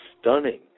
stunning